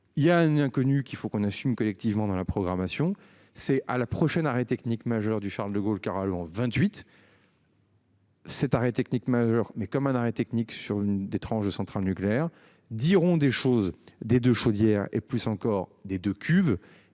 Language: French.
Il y a une inconnue qu'il faut qu'on assume collectivement dans la programmation, c'est à la prochaine arrêt technique majeur du Charles-de-Gaulle Carole ont 28. Cet arrêt technique majeur mais comme un arrêt technique sur une des tranches de centrales nucléaires diront des choses des de chaudière et plus encore des 2 cuves